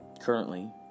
currently